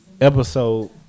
episode